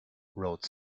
wrote